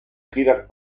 giras